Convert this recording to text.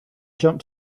jump